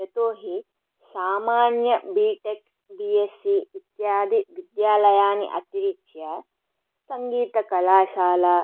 यतोऽहि सामान्य B tech B S C इत्यादि विद्यालयानि अतिरिच्य सङ्गीतकलाशाला